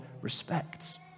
respects